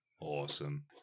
Awesome